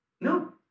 No